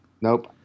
Nope